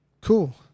Cool